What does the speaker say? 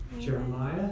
Jeremiah